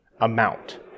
amount